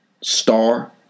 star